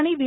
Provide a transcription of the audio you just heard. आणि व्ही